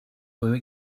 were